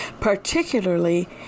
particularly